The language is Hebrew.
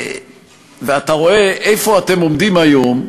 ואתה רואה איפה אתם עומדים היום,